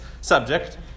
subject